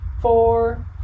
four